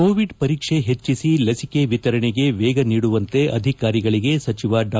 covid ಪರೀಕ್ಷೆ ಪೆಟ್ಟಿಸಿ ಲಸಿಕೆ ಎತರಣೆಗೆ ವೇಗ ನೀಡುವಂತೆ ಅಧಿಕಾರಿಗಳಗೆ ಸಚಿವ ಡಾ